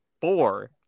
four